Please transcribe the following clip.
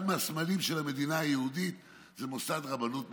אחד מהסמלים של המדינה היהודית זה מוסד רבנות ממלכתי.